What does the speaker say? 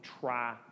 try